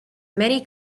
many